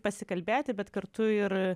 pasikalbėti bet kartu ir